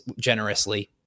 generously